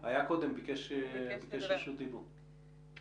ילדים, ומנהלת תחום רפואת ילדים ב"מאוחדת",